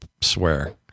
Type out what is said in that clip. swear